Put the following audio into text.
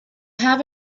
have